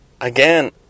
Again